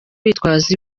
bitwaza